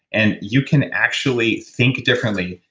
and you can actually think differently,